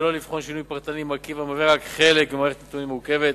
ולא לבחון שינוי פרטני במרכיב המהווה רק חלק ממערכת נתונים מורכבת.